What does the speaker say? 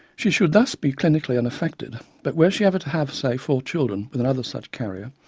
she should thus be clinically unaffected, but were she ever to have, say, four children with another such carrier,